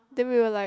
then we were like